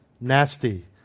nasty